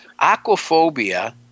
aquaphobia